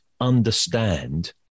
understand